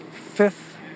Fifth